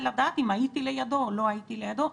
לדעת אם הייתי לידו או לא הייתי לידו.